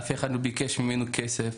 אף אחד לא ביקש מאיתנו כסף.